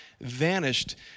vanished